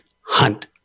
Hunt